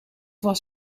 was